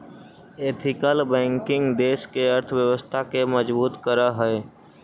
ethical banking देश के अर्थव्यवस्था के मजबूत करऽ हइ